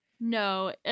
No